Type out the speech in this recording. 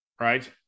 Right